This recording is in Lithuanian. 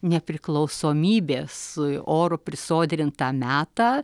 nepriklausomybės oru prisodrintą metą